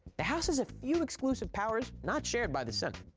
the house has a few exclusive powers not shared by the senate.